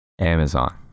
Amazon